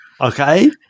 Okay